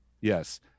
yes